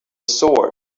sort